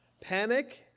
Panic